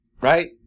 right